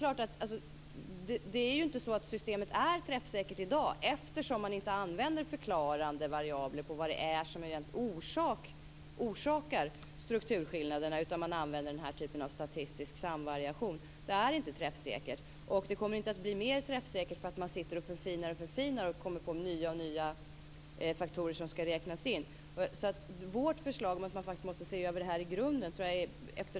Det är ju inte så att systemet är träffsäkert i dag eftersom man inte använder förklarande variabler på vad som orsakar strukturskillnaderna, utan man använder den här typen av statistisk samvariation. Det är inte träffsäkert. Det kommer inte att bli mer träffsäkert för att man sitter och förfinar och kommer på nya faktorer som skall räknas in. Efter den här debatten tror jag att det blir mer och mer tydligt att vårt förslag behövs.